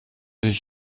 dich